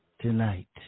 tonight